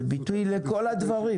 זה ביטוי לכל הדברים.